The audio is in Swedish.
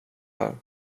här